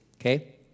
Okay